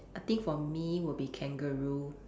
I think for me would be kangaroo